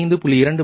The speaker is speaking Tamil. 2100 0